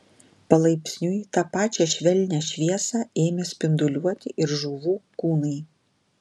palaipsniui tą pačią švelnią šviesą ėmė spinduliuoti ir žuvų kūnai